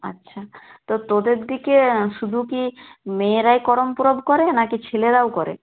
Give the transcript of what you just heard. আচ্ছা তো তোদের দিকে শুধু কী মেয়েরাই করম পরব করে নাকি ছেলেরাও করে